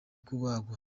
kubagwa